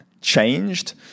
changed